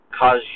cause